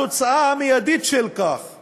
התוצאה המיידית של זה היא